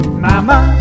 Mama